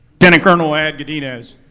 lieutenant colonel ed gadidez,